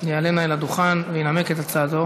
יעלה נא אל הדוכן וינמק את הצעתו